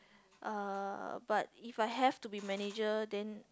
uh but if I have to be manager then